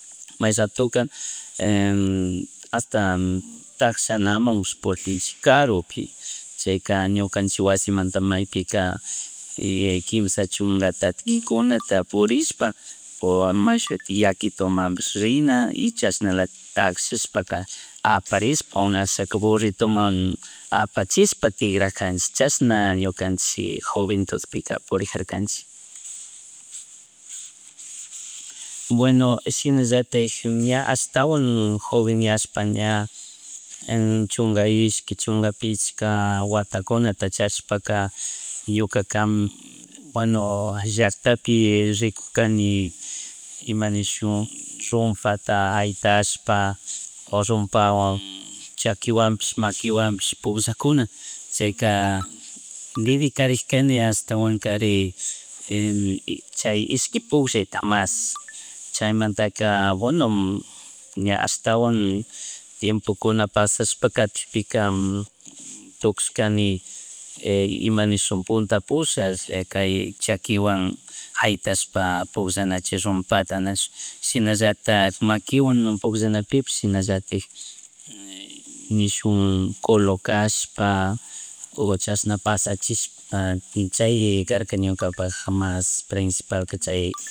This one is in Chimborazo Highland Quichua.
May ratoka hasta tashanamun rish purinchik karupi, chayka ñukanchik wasimanta paypika y kimsha chunga tatkikunata purishpa, o imashuti yakitumanpish rina y chashnalatik tachshashpaka aparishpa ashaka burritoman, apachishpa tigrajanchik chashna ñukanchik joventudpika purijarkanchik. Bueno shinallatik, ña ashtawan jovenyashpa ña chunga ishki, chunga pigcha watakunata charishpaka ñukaka, bueno, llacktapi rikugkani, ima nishun rupmpata aitashpa, o rumpawan chakiwanpish, maquiwanpish purllakuna chayka dedicarikkani ashtawankari, chay ishki pugllayta mas chaymantaka bueno, ña ashtawan tiempolkuna pasashpakatikpika tukushkani punta pushah kay chaquiwan jaytashpa pullana chay rumpata nachu, shunallatak maquiwan pugllanapipis shinallatik nishun colocashpa, o chashanapashachispa chay karka ñukapak mas prencipal chay